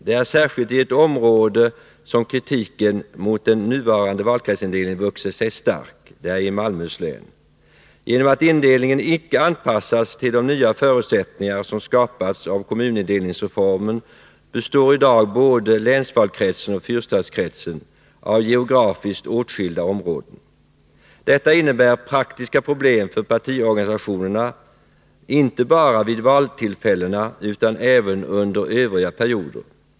”Det är särskilt i ett område som kritiken mot den nuvarande valkretsin delningen vuxit sig stark. Det är i Malmöhus län. Genom att indelningen inte Nr 22 anpassats till de nya förutsättningar som skapats av kommunindelningsreformen består i dag både länsvalkretsen och fyrstadskretsen av geografiskt åtskilda områden. Detta innebär praktiska problem för partiorganisationernainte bara vid valtillfällena utan även under övriga perioder.